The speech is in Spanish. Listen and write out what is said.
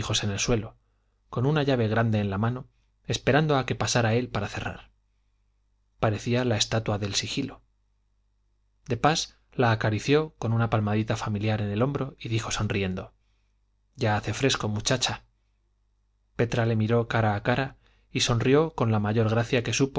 en el suelo con una llave grande en la mano esperando a que pasara él para cerrar parecía la estatua del sigilo de pas la acarició con una palmadita familiar en el hombro y dijo sonriendo ya hace fresco muchacha petra le miró cara a cara y sonrió con la mayor gracia que supo